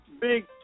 Big